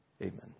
Amen